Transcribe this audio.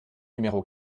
numéro